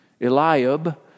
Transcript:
Eliab